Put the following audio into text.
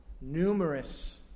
numerous